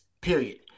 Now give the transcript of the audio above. period